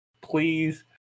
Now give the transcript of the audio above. Please